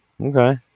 okay